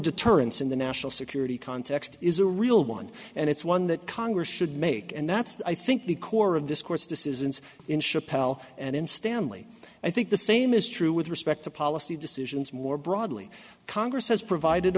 deterrence in the national security context is a real one and it's one that congress should make and that's i think the core of this court's decisions in chapell and in stanley i think the same is true with respect to policy decisions more broadly congress has provided